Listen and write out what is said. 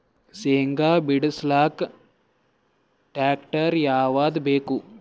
ಶೇಂಗಾ ಬಿಡಸಲಕ್ಕ ಟ್ಟ್ರ್ಯಾಕ್ಟರ್ ಯಾವದ ಬೇಕು?